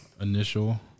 initial